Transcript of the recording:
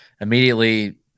immediately